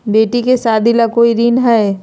बेटी के सादी ला कोई ऋण हई?